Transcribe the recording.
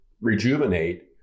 rejuvenate